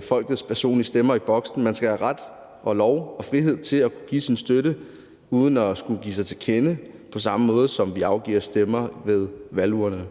sin personlige stemme i boksen. Man skal have ret og lov og frihed til at kunne give sin støtte uden at skulle give sig til kende, på samme måde som vi afgiver stemmer ved valgurnerne.